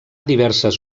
diverses